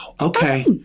Okay